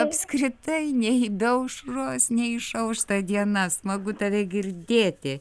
apskritai nei be aušros neišaušta diena smagu tave girdėti